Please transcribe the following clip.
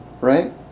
right